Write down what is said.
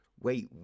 wait